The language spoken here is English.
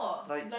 like